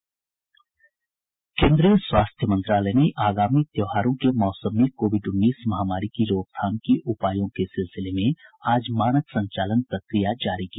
केन्द्रीय स्वास्थ्य मंत्रालय ने आगामी त्योहारों के मौसम में कोविड उन्नीस महामारी की रोकथाम के उपायों के सिलसिले में आज मानक संचालन प्रक्रिया जारी की